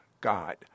God